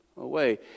away